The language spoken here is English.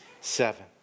seven